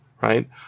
right